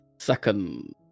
second